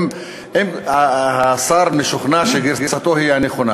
אם השר משוכנע שגרסתו היא הנכונה,